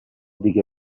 دیگه